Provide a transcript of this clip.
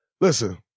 Listen